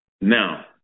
Now